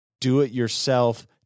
do-it-yourself